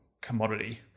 commodity